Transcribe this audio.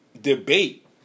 debate